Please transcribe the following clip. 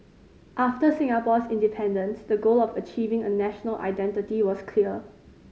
after Singapore's independence the goal of achieving a national identity was clear